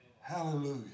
Hallelujah